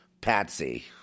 patsy